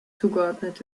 zugeordnet